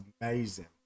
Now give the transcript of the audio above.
amazing